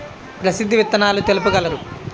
ప్రసిద్ధ విత్తనాలు తెలుపగలరు?